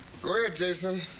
go ahead, jason.